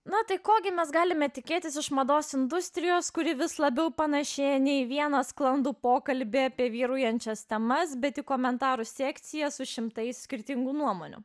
na tai ko gi mes galime tikėtis iš mados industrijos kuri vis labiau panašėja nei vieno sklandų pokalbį apie vyraujančias temas bet į komentarų sekciją su šimtais skirtingų nuomonių